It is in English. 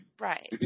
right